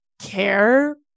care